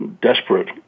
desperate